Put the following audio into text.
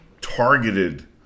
targeted